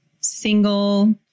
single